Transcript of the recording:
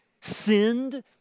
sinned